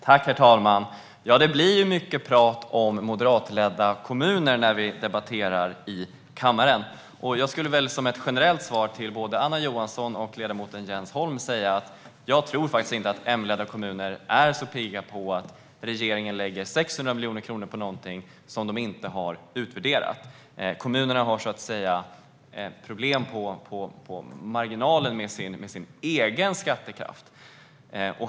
Herr talman! Det blir mycket prat om moderatledda kommuner när vi debatterar i kammaren. Jag skulle väl som ett generellt svar till både Anna Johansson och ledamoten Jens Holm säga att jag faktiskt inte tror att Mledda kommuner är så pigga på att regeringen lägger 600 miljoner kronor på någonting som man inte har utvärderat. Kommunerna har så att säga problem på marginalen med sin egen skattekraft.